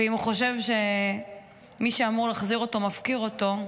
ואם הוא חושב שמי שאמור להחזיר אותו, מפקיר אותו,